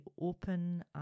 open